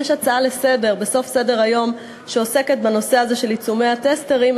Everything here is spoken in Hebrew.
יש הצעה לסדר-היום בסוף סדר-היום שעוסקת בנושא הזה של עיצומי הטסטרים.